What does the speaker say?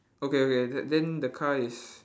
okay okay then then the car is